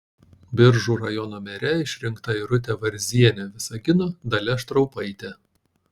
biržų rajono mere išrinkta irutė varzienė visagino dalia štraupaitė